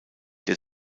der